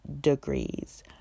degrees